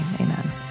Amen